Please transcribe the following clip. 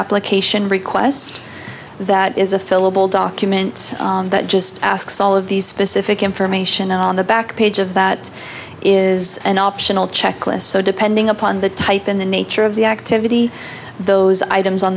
application request that is a fillable documents that just asks all of these specific information on the back page of that is an optional checklist so depending upon the type in the nature of the activity those items on